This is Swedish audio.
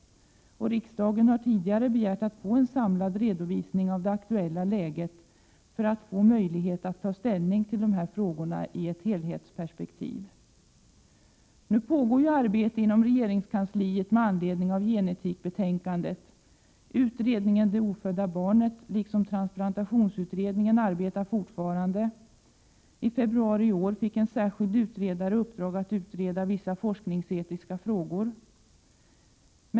Riksdagen har tidigare begärt att få en samlad redovisning av det aktuella läget för att få möjlighet att ta ställning till dessa frågor i ett helhetsperspektiv. Nu pågår arbete inom regeringskansliet med anledning av gen-etikkommitténs betänkande. Utredningen om det ofödda barnet liksom transplantationsutredningen arbetar fortfarande. I februari i år fick en särskild utredare i uppdrag att utreda vissa forskningsetiska frågor.